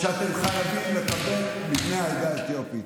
שחייבים לקבל מבני העדה האתיופית.